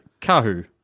kahu